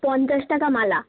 পঞ্চাশ টাকা মালা